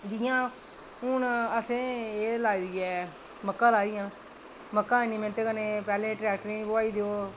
जि'यां हून असें एह् लाई दी ऐ मक्कां राही दियां मक्कां इन्नी मैह्नत कन्नै पैह्लें ट्रैक्टरे दी बुहाई देओ